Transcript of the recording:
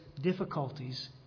difficulties